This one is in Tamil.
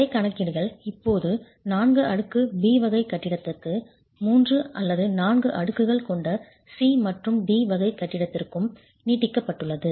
அதே கணக்கீடுகள் இப்போது 4 அடுக்கு B வகை கட்டிடத்திற்கும் 3 அல்லது 4 அடுக்குகள் கொண்ட C மற்றும் D வகை கட்டிடத்திற்கும் நீட்டிக்கப்பட்டுள்ளது